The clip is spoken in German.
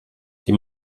die